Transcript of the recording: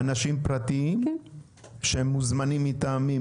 אנשים פרטיים שמוזמנים מטעם מי?